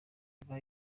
nyuma